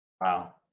Wow